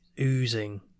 oozing